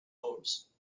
boards